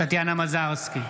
טטיאנה מזרסקי,